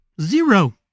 zero